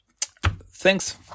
thanks